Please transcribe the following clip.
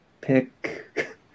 pick